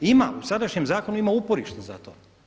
Ima, u sadašnjem zakonu ima uporište za to.